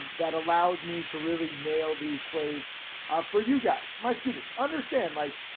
um that allows me to really nail these plays for you guys, my students understand like,